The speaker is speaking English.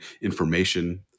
information